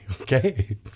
Okay